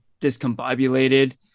discombobulated